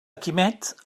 quimet